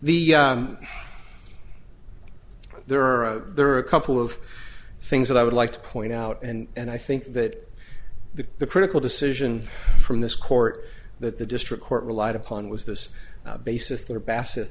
the there are there are a couple of things that i would like to point out and i think that the the critical decision from this court that the district court relied upon was this basis there bassett